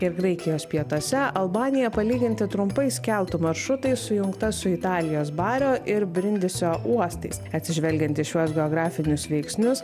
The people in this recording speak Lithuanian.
ir graikijos pietuose albanija palyginti trumpais keltų maršrutais sujungta su italijos bario ir brindisio uostais atsižvelgiant į šiuos geografinius veiksnius